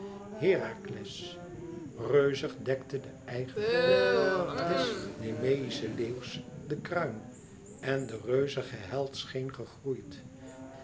herakles reuzig dekte de eigen kop des nemeïschen leeuws den kruin en de reuzige held scheen gegroeid